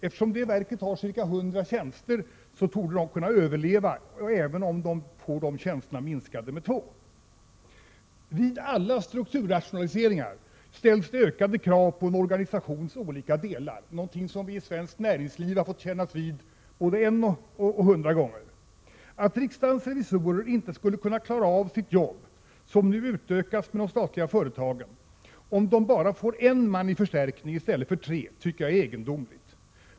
Eftersom detta verk har cirka hundra tjänster torde det kunna överleva även om antalet tjänster minskar med två. Vid alla strukturrationaliseringar ställs ökade krav på en organisations olika delar. Det är något som vi i svenskt näringsliv har fått kännas vid både en och hundra gånger. Att riksdagens revisorer inte skulle kunna klara av sitt jobb, som nu utökats med de statliga företagen, om de får bara en man i förstärkning i stället för tre, tycker jag är egendomligt.